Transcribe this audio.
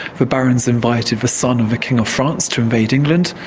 the barons invited the son of the king of france to invade england,